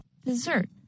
Dessert